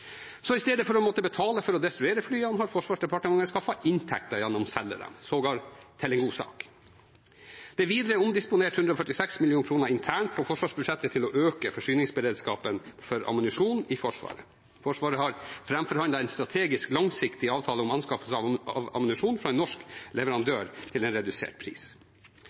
Så i stedet for å måtte betale for å destruere flyene har Forsvarsdepartementet skaffet inntekter gjennom å selge dem – sågar til en god sak. Det er videre omdisponert 146 mill. kr internt på forsvarsbudsjettet til å øke forsyningsberedskapen for ammunisjon i Forsvaret. Forsvaret har framforhandlet en strategisk langsiktig avtale om anskaffelse av ammunisjon fra en norsk leverandør til en redusert pris.